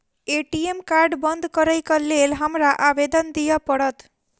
ATM card बंद करैक लेल हमरा आवेदन दिय पड़त?